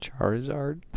Charizard